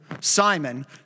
Simon